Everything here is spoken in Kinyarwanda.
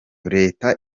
leta